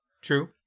True